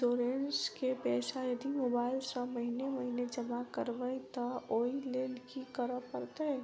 Insurance केँ पैसा यदि मोबाइल सँ महीने महीने जमा करबैई तऽ ओई लैल की करऽ परतै?